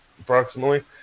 approximately